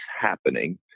happening